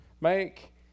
make